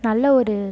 நல்ல ஒரு